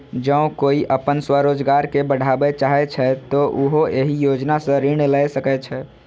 जौं कोइ अपन स्वरोजगार कें बढ़ाबय चाहै छै, तो उहो एहि योजना सं ऋण लए सकै छै